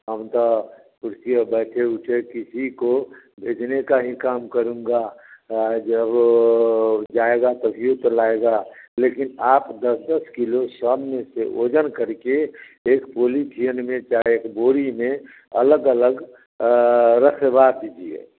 हम तो कुर्सी पर बैठे उठे किसी को इतने का ही काम करूँगा हाय जब जाएगा तभी तो लाएगा लेकिन आप दस दस किलो सब में से वज़न करके एक बोली थेन में जाए एक बोरी में अलग अलग रखवा दीजिए